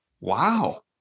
Wow